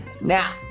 Now